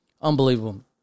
Unbelievable